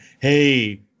hey